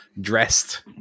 dressed